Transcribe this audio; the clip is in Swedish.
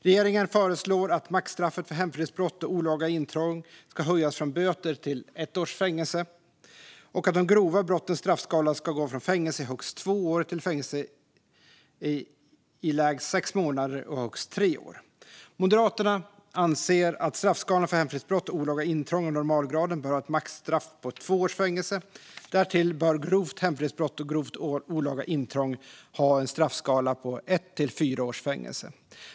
Regeringen föreslår att maxstraffet för hemfridsbrott och olaga intrång ska höjas från böter till ett års fängelse och att de grova brottens straffskala ska gå från fängelse i högst två år till fängelse i lägst sex månader och högst tre år. Moderaterna anser att straffskalorna för hemfridsbrott och olaga intrång av normalgraden bör vara maxstraff på två års fängelse. Därtill bör grovt hemfridsbrott och grovt olaga intrång ha en straffskala på ett till fyra års fängelse.